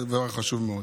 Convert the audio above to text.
וזה דבר חשוב מאוד.